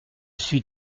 suis